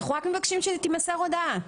אנחנו רק מבקשים שתימסר הודעה.